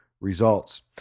results